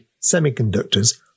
semiconductors